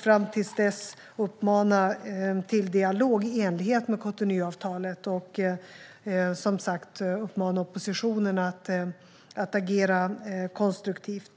Fram tills dess uppmanar vi till dialog i enlighet med Cotonouavtalet. Och vi uppmanar som sagt oppositionen att agera konstruktivt.